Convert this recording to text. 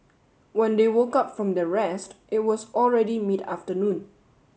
when they woke up from their rest it was already mid afternoon